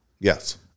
Yes